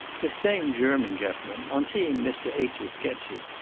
this same german gentleman, on seeing mr. h s sketches,